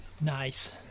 Nice